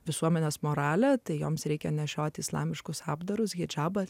visuomenės moralę tai joms reikia nešioti islamiškus apdarus hidžabą